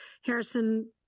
Harrison